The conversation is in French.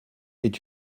est